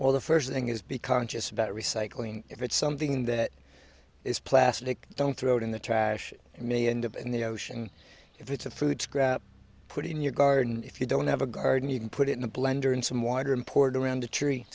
all the first thing is be conscious about recycling if it's something that is plastic don't throw it in the trash and many end up in the ocean if it's a food put in your garden if you don't have a garden you can put it in a blender and some water importer on the tree